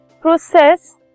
process